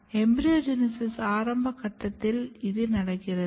embryogenesis ஆரம்ப கட்டத்தில் இது நடக்கிறது